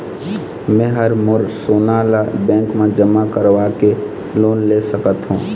मैं हर मोर सोना ला बैंक म जमा करवाके लोन ले सकत हो?